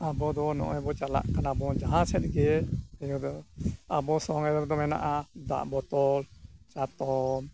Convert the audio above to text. ᱟᱵᱚ ᱫᱚ ᱱᱚᱜᱼᱚᱭ ᱵᱚ ᱪᱟᱞᱟᱜ ᱠᱟᱱᱟᱵᱚᱱ ᱡᱟᱦᱟᱸ ᱥᱮᱫ ᱜᱮ ᱱᱤᱭᱟᱹ ᱫᱚ ᱟᱵᱚ ᱥᱚᱸᱜᱮ ᱨᱮᱫᱚ ᱢᱮᱱᱟᱜᱼᱟ ᱫᱟᱜ ᱵᱚᱛᱚᱞ ᱪᱟᱛᱚᱢ